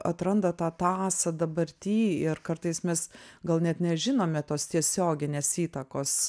atranda tą tąsą dabarty ir kartais mes gal net nežinome tos tiesioginės įtakos